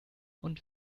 und